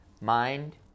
Mind